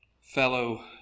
fellow